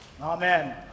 Amen